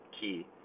key